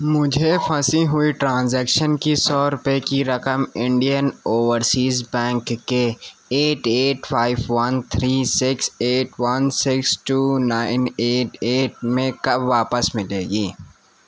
مجھے پھنسی ہوئی ٹرانزیکشن کی سو روپے کی رقم انڈین اوورسیز بینک کے eight eight five one three six eight one six two nine eight eight میں کب واپس ملے گی